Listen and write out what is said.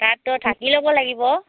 তাতটো থাকি ল'ব লাগিব